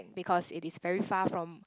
because it is very far from